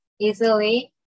easily